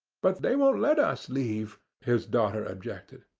but they won't let us leave, his daughter objected.